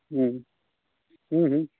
हुँ हुँ हुँ